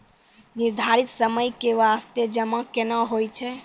निर्धारित समय के बास्ते जमा केना होय छै?